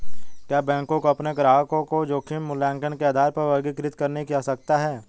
क्या बैंकों को अपने ग्राहकों को जोखिम मूल्यांकन के आधार पर वर्गीकृत करने की आवश्यकता है?